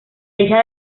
hija